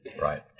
Right